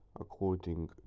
according